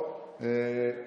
אינו נוכח,